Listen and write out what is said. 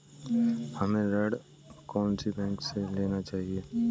हमें ऋण कौन सी बैंक से लेना चाहिए?